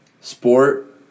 sport